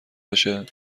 باشه